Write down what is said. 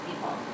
people